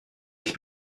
ich